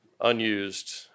unused